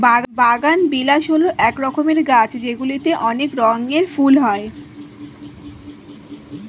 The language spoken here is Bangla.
বাগানবিলাস হল এক রকমের গাছ যেগুলিতে অনেক রঙের ফুল হয়